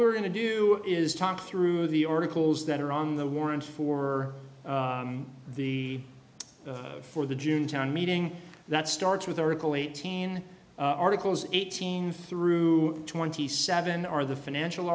we're going to do is talk through the articles that are on the warrants for the for the june town meeting that starts with oracle eighteen articles eighteen through twenty seven are the financial